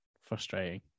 Frustrating